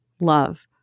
love